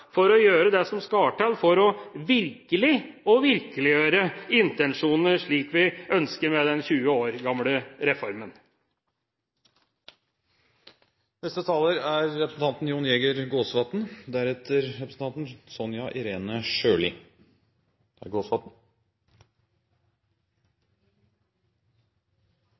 for å gjøre det som skal til for virkelig å virkeliggjøre intensjonene, slik vi ønsker med den 20 år gamle